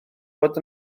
bod